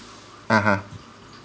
a'ah